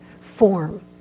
form